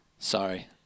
Sorry